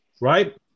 right